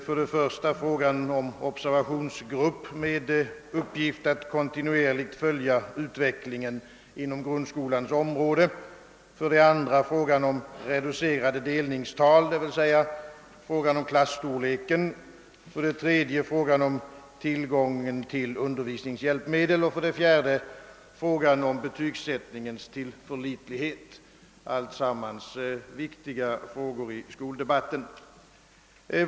Dessa gäller 1) frågan om observationsgrupp med uppgift att kontinuerligt följa utvecklingen inom grundskolans område, 2) frågan om reducerade delningstal, d.v.s. klasstorleken, 3) frågan om tillgången till undervisningshjälpmedel och 4) frågan om betygsättningens tillförlitlighet. Allt detta är viktiga frågor i skoldebatten.